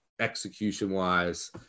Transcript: execution-wise